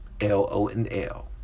L-O-N-L